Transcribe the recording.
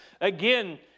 Again